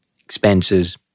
expenses